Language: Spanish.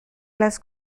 las